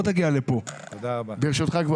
ברשותך,